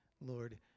Lord